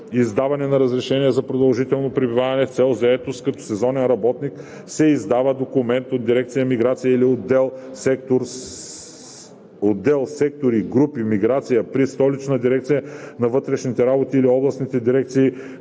издаване на разрешение за продължително пребиваване с цел заетост като сезонен работник се издава документ от дирекция „Миграция“ или отдел/сектори/групи „Миграция“ при Столична дирекция на вътрешните работи или областните дирекции